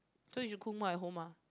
so you should cook more at home ah